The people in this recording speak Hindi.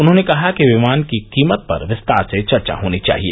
उन्होंने कहा विमान की कीमत पर विस्तार से चर्चा होनी चाहिए